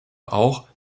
auch